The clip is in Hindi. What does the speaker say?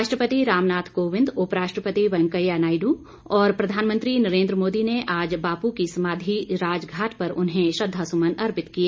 राष्ट्रपति रामनाथ कोविंद उपराष्ट्रपति वैकेंया नायडू और प्रधानमंत्री नरेंद्र मोदी ने आज बापू की समाधि राजघाट पर उन्हें श्रद्वासुमन अर्पित किए